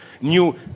new